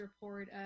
report